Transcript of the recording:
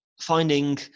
Finding